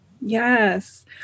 Yes